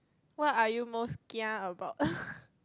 what are you most kia about